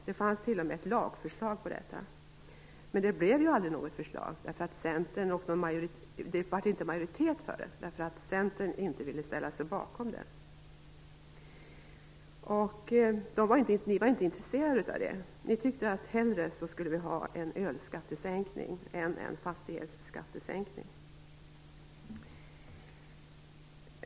Det fanns t.o.m. ett lagförslag om detta. Men det blev ju inte majoritet för förslaget därför att Centern inte ville ställa sig bakom det. Centern var inte intresserat av detta utan föredrog en ölskattesänkning framför en fastighetsskattesänkning.